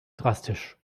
drastisch